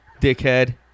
Dickhead